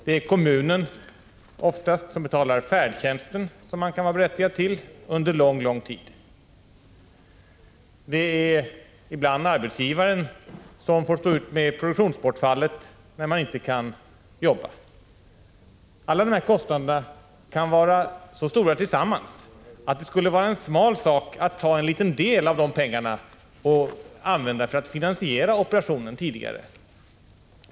Det är oftast kommunen som betalar färdtjänsten, som man kan vara berättigad till under lång, lång tid. Det är ibland arbetsgivaren som får stå ut med produktionsbortfallet, när man inte kan jobba. Alla dessa kostnader kan vara så stora tillsammans att det skulle vara en smal sak att använda en liten del av de pengarna för att finansiera operationen tidigare.